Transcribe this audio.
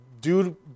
due